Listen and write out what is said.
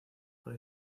por